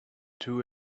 two